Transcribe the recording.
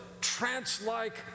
trance-like